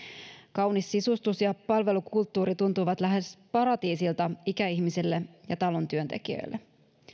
kaunis sisustus ja palvelukulttuuri tuntuivat lähes paratiisilta ikäihmisille ja talon työntekijöille